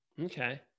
Okay